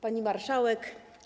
Pani Marszałek!